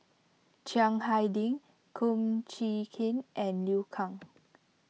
Chiang Hai Ding Kum Chee Kin and Liu Kang